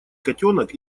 котенок